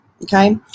Okay